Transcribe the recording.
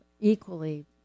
equally